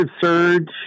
surge